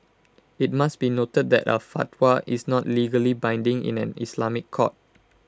IT must be noted that A fatwa is not legally binding in an Islamic court